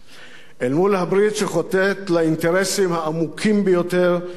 אל מול הברית שחוטאת לאינטרסים העמוקים ביותר של מדינת